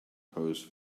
pose